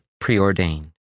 preordained